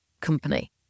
company